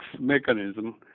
mechanism